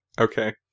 Okay